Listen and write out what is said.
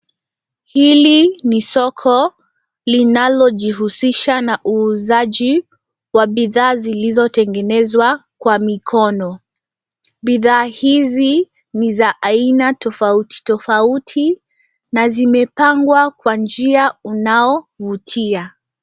Hili ni soko linalojihusisha na uuzaji wa bidhaa zilizotengenezwa, kwa mikono. Bidhaa hizi ni za aina tofauti tofauti, na zimepangwa kwa njia unao vutia.